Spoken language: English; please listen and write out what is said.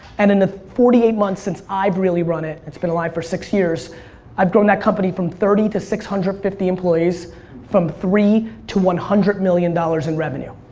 and in the forty eight month since i've really run it it's been alive for six years i've grown that company from thirty to six hundred and fifty employees from three to one hundred million dollars in revenue.